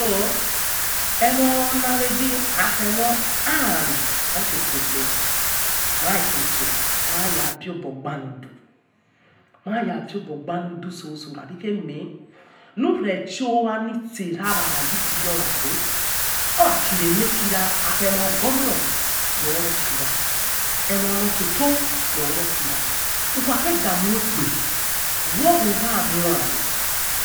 Ehionaghuzio a' amin ehionaghe akhemo a' a mie of oihioot gbe yoli ikeposo maya piogbo baunudu maya piogbo baludu soso khaci eme lure shuwo ha cin erawa ragu iyowa re or wa kidi emeh kira akhogwomo khino kioa emoloitoto hinoro kira ukha gheda khuegbe wo ura khina amin